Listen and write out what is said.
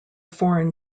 foreign